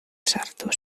sartu